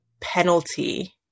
penalty